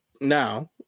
now